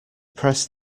press